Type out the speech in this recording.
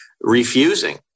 refusing